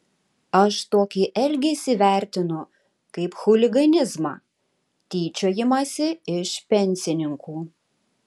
aš tokį elgesį vertinu kaip chuliganizmą tyčiojimąsi iš pensininkų